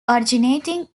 originating